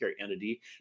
entity